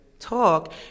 Talk